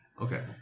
Okay